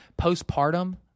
postpartum